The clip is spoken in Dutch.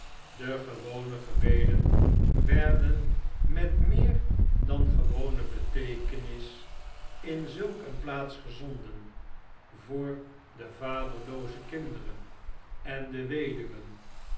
de gewone gebeden werden met meer dan de gewone beteekenis in zulk een plaats opgezonden voor de vaderlooze kinderen en de weduwen